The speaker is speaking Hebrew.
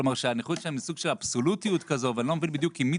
כלומר שהנכות שלהם היא סוג של אבסולוטיות כזו ואני לא מבין בדיוק עם מי